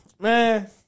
Man